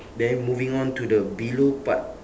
then moving on to the below part